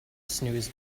snooze